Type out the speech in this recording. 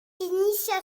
inicia